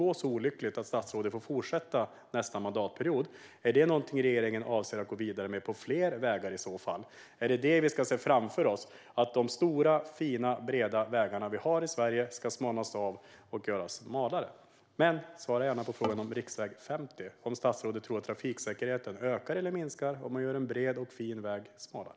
Kommer regeringen att gå vidare med detta på fler vägar om det skulle gå så olyckligt att statsrådet får fortsätta under nästa mandatperiod? Är det detta vi ser framför oss: de stora, fina och breda vägar vi har i Sverige ska göras smalare? Svara gärna också på frågan om riksväg 50! Tror statsrådet att trafiksäkerheten ökar eller minskar om man gör en bred och fin väg smalare?